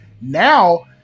Now